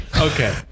Okay